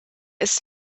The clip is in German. ist